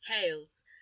tales